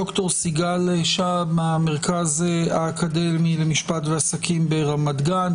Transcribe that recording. ד"ר סיגל שהב מהמרכז האקדמי למשפט ועסקים ברמת גן,